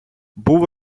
був